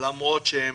למרות שהם